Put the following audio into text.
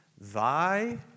Thy